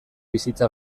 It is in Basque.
bizitza